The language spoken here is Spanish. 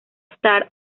starr